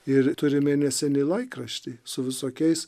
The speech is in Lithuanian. ir turi mėnesinį laikraštį su visokiais